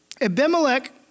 Abimelech